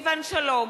אינו נוכח סילבן שלום,